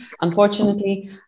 Unfortunately